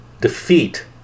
defeat